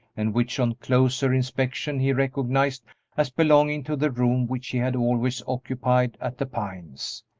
and which on closer inspection he recognized as belonging to the room which he had always occupied at the pines.